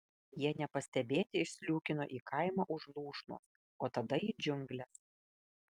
jie nepastebėti išsliūkino į kaimą už lūšnos o tada į džiungles